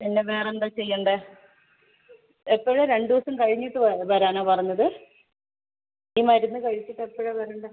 പിന്നെ വേറെ എന്താണ് ചെയ്യേണ്ടത് എപ്പഴാണ് രണ്ട് ദിവസം കഴിഞ്ഞിട്ട് വരാനോ പറഞ്ഞത് ഈ മരുന്ന് കഴിച്ചിട്ട് എപ്പഴാണ് വരേണ്ടത്